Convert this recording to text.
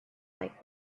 light